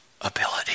ability